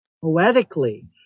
poetically